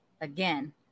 again